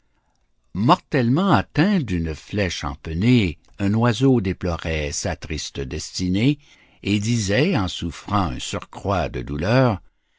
mortellement atteint d'une flèche empennée un oiseau déplorait sa triste destinée et disait en souffrant un surcroît de douleur